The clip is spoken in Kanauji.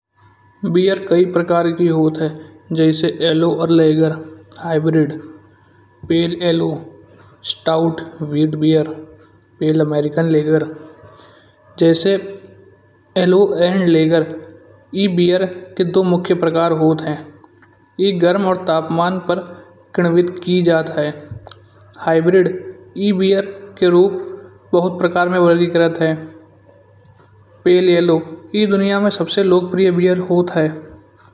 बीयर कई प्रकार की होती हैं जैसे आलो और lager, hybrid, pale ale stout wheat beer, परे अमेरिकन लागर। जैसे मुख्य आलो और लागर ए बीयर के दो मुख्य प्रकार होत हैं। ई गरम और तापमान पर गन्वित की जात हैं। हायब्रिड ए बीयर के रूप बहुत प्रकार मा वर्गीक्रथा। पेल यल्लो ए दुनिया मा सबसे लोकप्रिय बीयर होत हैं।